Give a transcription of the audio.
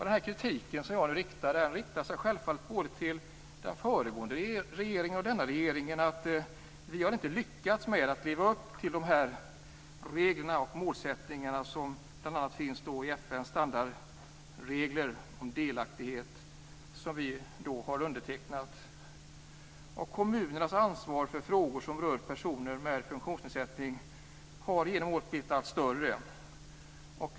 Denna kritik riktar sig självfallet både till den föregående regeringen och till den nuvarande regeringen för att Sverige inte har lyckats med att leva upp till de regler och målsättningar som bl.a. finns i FN:s standardregler om delaktighet som vi har undertecknat. Kommunernas ansvar för frågor som rör personer med funktionsnedsättning har genom åren blivit allt större.